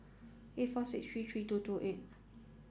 eight four six three three two two eight